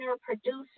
producer